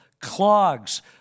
clogs